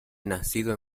nacido